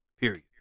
Period